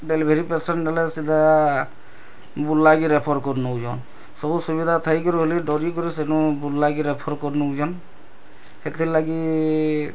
delivery patient ହେଲେ ସିଧା ବୁର୍ଲାକେ ରେଫର୍ କରି ନେଉଛନ୍ ସବୁ ସୁଧା ଥାଇକରି ବୋଲି ଡ଼ରିକିନି ସେନୁ ବୁର୍ଲାକେ ରେଫର୍ କରି ନଉଛନ୍ ହେତିର୍ ଲାଗି